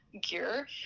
gear